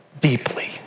deeply